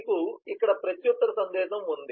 మీకు ఇక్కడ ప్రత్యుత్తర సందేశం ఉంది